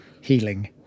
healing